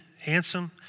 handsome